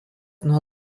nuo